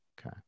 Okay